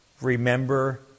remember